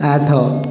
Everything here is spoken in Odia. ଆଠ